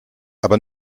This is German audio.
aber